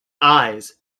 eyes